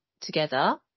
together